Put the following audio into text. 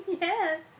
Yes